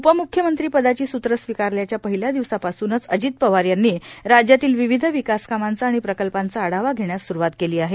उपम्ख्यमंत्रीपदाची सुत्रे स्वीकारल्याच्या पहिल्या दिवसापासूनच अजित पवार यांनी राज्यातील विविध विकासकामांचा आणि प्रकल्पांचा आढावा घेण्यास स्रुवात केली आहे